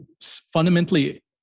fundamentally